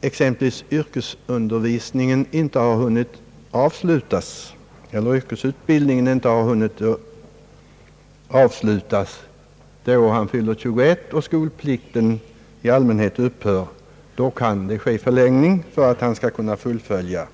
exempelvis yrkesutbildningen inte hunnit avslutas det år han fyller 21 och skolplikten i allmänhet upphör; då är förlängning möjlig för att yrkesutbildningen skall kunna fullföljas.